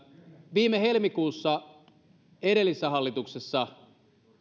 viime helmikuussa edellisessä hallituksessa